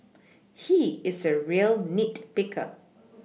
he is a real nit picker